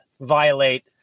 violate